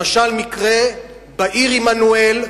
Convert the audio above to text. למשל, מקרה בעיר עמנואל,